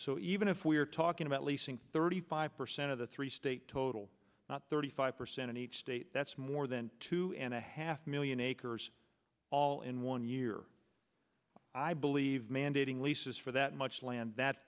so even if we're talking about leasing thirty five percent of the three state total not thirty five percent in each state that's more than two and a half million acres all in one year i believe mandating leases for that much land that